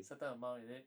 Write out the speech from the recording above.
certain amount is it